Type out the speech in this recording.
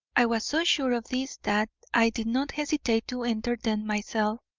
i was so sure of this that i did not hesitate to enter them myself,